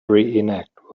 reenact